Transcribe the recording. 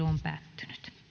on